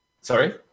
sorry